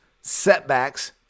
setbacks